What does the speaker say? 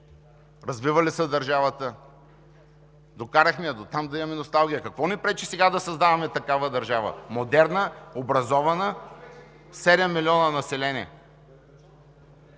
„Носталгия!“) Докарахме я дотам да имаме носталгия. Какво ни пречи сега да създаваме такава държава – модерна, образована, 7 милиона население?